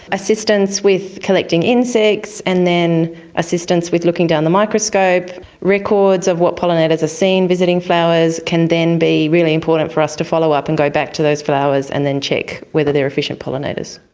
assistance with collecting insects, and then assistance with looking down the microscope, records of what pollinators are seen visiting flowers can then be really important for us to follow up and go back to those flowers and then check whether they are efficient pollinators.